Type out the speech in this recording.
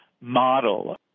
Model